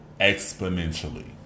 exponentially